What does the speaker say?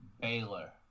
Baylor